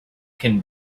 can